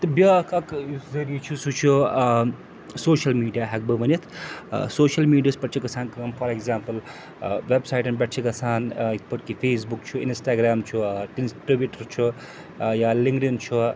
تہٕ بٛیاکھ اَکھ ٲں یُس ذٔریعہِ چھُ سُہ چھُ ٲں سوشَل میٖڈیا ہیٚکہٕ بہٕ ؤنِتھ ٲں سوشَل میٖڈیا ہَس پٮ۪ٹھ چھِ گژھان کٲم فار ایٚگزامپٕل ٲں ویٚب سایٹَن پٮ۪ٹھ چھِ گژھان ٲں یِتھ پٲٹھۍ کہِ فیس بُک چھُ اِنسٹاگرٛام چھُ ٹویٖٹر چھُ ٲں یا لِنکٕڈ اِن چھُ